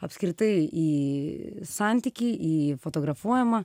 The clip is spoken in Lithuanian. apskritai į santykį į fotografuojamą